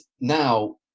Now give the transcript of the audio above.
now